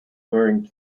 wearing